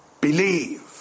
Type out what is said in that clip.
Believe